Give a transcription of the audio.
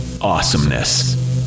Awesomeness